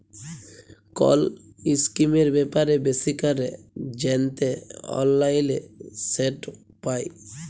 call ইসকিমের ব্যাপারে বেশি ক্যরে জ্যানতে অললাইলে সেট পায়